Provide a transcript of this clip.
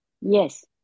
Yes